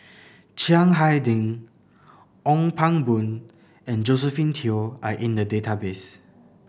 Chiang Hai Ding Ong Pang Boon and Josephine Teo are in the database